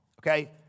Okay